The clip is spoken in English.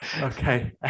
Okay